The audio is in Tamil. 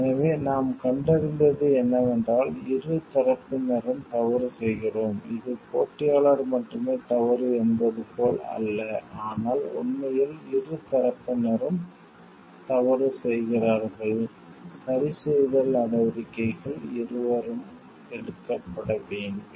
எனவே நாம் கண்டறிந்தது என்னவென்றால் இரு தரப்பினரும் தவறு செய்கிறோம் இது போட்டியாளர் மட்டுமே தவறு என்பது போல் அல்ல ஆனால் உண்மையில் இரு தரப்பினரும் தவறு செய்கிறார்கள் சரிசெய்தல் நடவடிக்கைகள் இருவரும் எடுக்கப்பட வேண்டும்